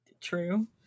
True